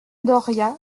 doria